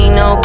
no